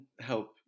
help